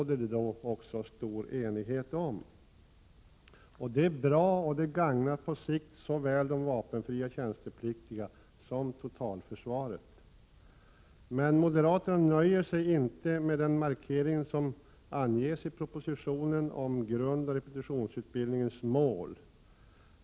Detta är bra och gagnar på sikt såväl de vapenfria tjänstepliktiga som totalförsvaret. Moderaterna nöjer sig emellertid inte med den markering som anges i propositionen om grundoch repetitionsutbildningens mål.